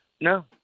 No